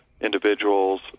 individuals